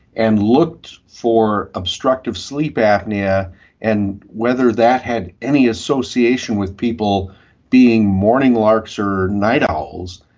and looked for obstructive sleep apnoea and whether that had any association with people being morning larks or night owls,